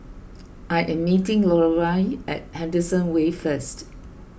I am meeting Lorelai at Henderson Wave first